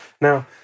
Now